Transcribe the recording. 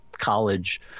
college